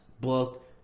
Book